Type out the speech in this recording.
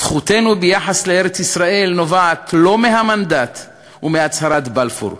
זכותנו ביחס לארץ-ישראל נובעת לא מהמנדט ומהצהרת בלפור,